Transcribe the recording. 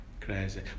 crazy